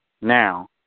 now